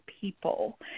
people